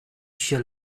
się